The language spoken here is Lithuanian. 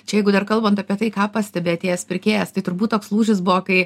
čia jeigu dar kalbant apie tai ką pastebi atėjęs pirkėjas tai turbūt toks lūžis buvo kai